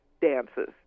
dances